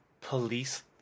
police